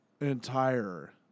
entire